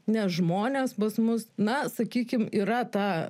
nes žmonės pas mus na sakykim yra ta